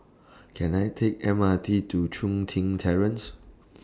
Can I Take M R T to Chun Tin Terrace